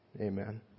Amen